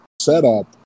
setup